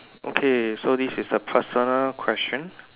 okay so this is a personal question